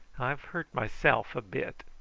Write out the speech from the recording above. i've hurt myself a bit.